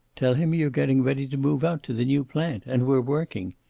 tell him you're getting ready to move out to the new plant, and we're working.